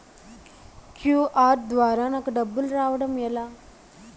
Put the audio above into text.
QR ద్వారా నాకు డబ్బులు రావడం ఎలా?